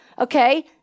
Okay